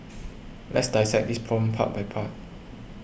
let's dissect this problem part by part